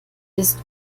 ist